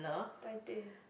Thai teh